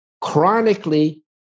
chronically